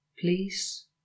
please